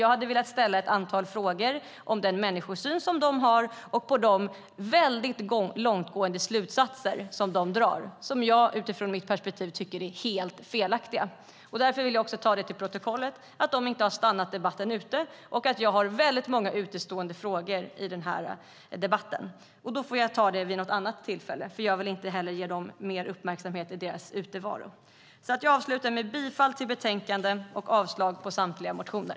Jag hade velat ställa ett antal frågor om den människosyn de har och om de väldigt långtgående slutsatser de drar som jag utifrån mitt perspektiv tycker är helt felaktiga. Jag vill därför ta till protokollet att de inte har stannat debatten ut. Jag har väldigt många utestående frågor i debatten. Jag får ta dem vid något annat tillfälle, eftersom jag inte vill ge dem mer uppmärksamhet i deras utevaro. Jag avslutar med att yrka bifall till utskottets förslag i betänkandet och avslag på samtliga motioner.